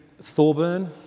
Thorburn